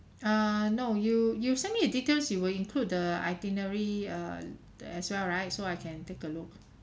err no you you send me the details you will include the itinerary err the as well right so I can take a look